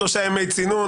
הוא שלושה ימי צינון,